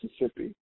Mississippi